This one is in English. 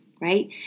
right